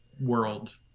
world